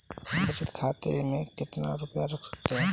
बचत खाते में कितना रुपया रख सकते हैं?